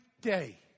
day